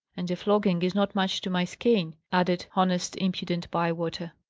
and a flogging is not much to my skin, added honest, impudent bywater.